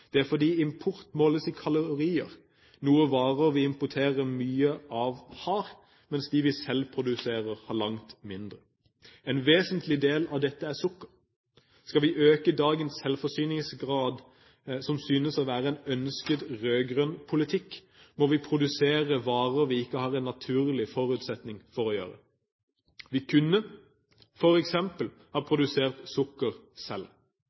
er fordi import måles i kalorier, noe varer vi importerer mye av, har, mens de vi selv produserer, har langt mindre. En vesentlig del av dette er sukker. Skal vi øke dagens selvforsyningsgrad, som synes å være en ønsket rød-grønn politikk, må vi produsere varer vi ikke har en naturlig forutsetning for å gjøre. Vi kunne f.eks. ha produsert sukker selv.